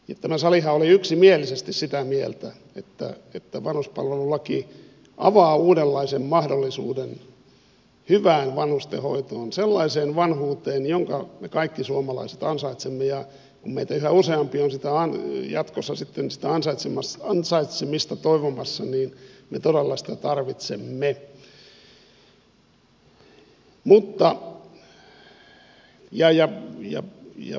tämä salihan oli yksimielisesti sitä mieltä että vanhuspalvelulaki avaa uudenlaisen mahdollisuuden hyvään vanhustenhoitoon sellaiseen vanhuuteen jonka me kaikki suomalaiset ansaitsemme ja kun meitä yhä useampi on jatkossa sitten sitä ansaitsemista toivomassa niin me todella sitä tarvitsemme